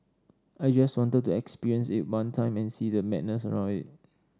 I just wanted to experience it one time and see the madness around it